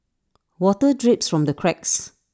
water drips from the cracks